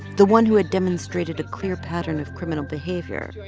the one who had demonstrated a clear pattern of criminal behavior?